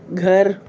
گھر